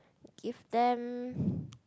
give them